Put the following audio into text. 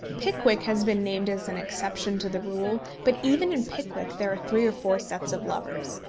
pickwick has been named as an exception to the rule, but even in pickwick there are three or four sets of lovers,